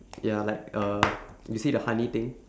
ya like uh you see the honey thing